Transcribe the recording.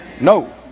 No